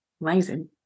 amazing